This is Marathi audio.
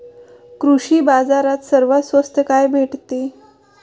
कृषी बाजारात सर्वात स्वस्त काय भेटते?